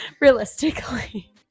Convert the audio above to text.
realistically